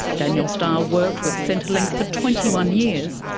daniel starr worked with centrelink for twenty one years,